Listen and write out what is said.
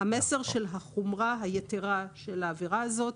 המסר של החומרה היתרה של העבירה הזאת